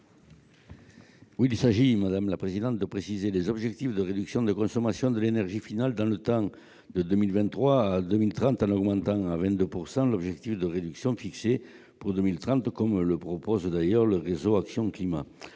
Il s'agit de préciser les objectifs de réduction de consommation de l'énergie finale dans le temps, de 2023 à 2030, en relevant à 22 % l'objectif de réduction fixé pour 2030, comme le propose le réseau Action Climat.